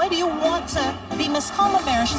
you want to be miss um